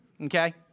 Okay